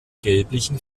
gelblichen